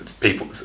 people